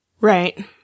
Right